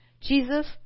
Jesus